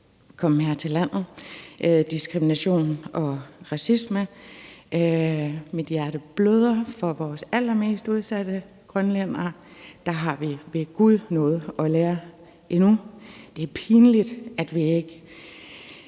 forhold til diskrimination og racisme. Mit hjerte bløder. Af vores allermest udsatte grønlændere har vi ved gud noget at lære endnu. Det er pinligt, at vi ikke